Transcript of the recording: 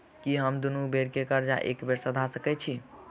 की हम दुनू बेर केँ कर्जा एके बेर सधा सकैत छी?